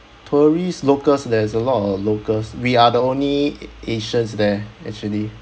tourists locals there's a lot of locals we are the only a~ asians there actually